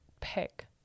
pick